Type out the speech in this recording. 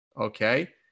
Okay